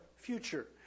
future